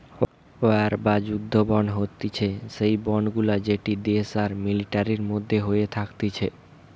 war বা যুদ্ধ bond হতিছে সেই বন্ড গুলা যেটি দেশ আর মিলিটারির মধ্যে হয়ে থাকতিছে